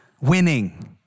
winning